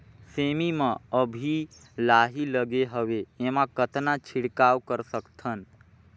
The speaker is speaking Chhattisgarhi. सेमी म अभी लाही लगे हवे एमा कतना छिड़काव कर सकथन?